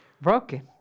broken